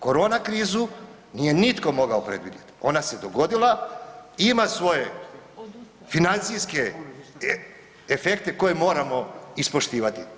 Korona krizu nije nitko mogao predvidjeti, ona se dogodila, ima svoje financijske efekte koje moramo ispoštivati.